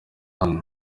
aho